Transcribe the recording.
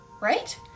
right